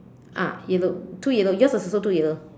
ah yellow two yellow yours is also two yellow